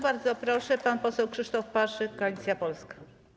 Bardzo proszę, pan poseł Krzysztof Paszyk, Koalicja Polska.